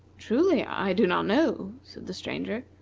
truly i do not know, said the stranger.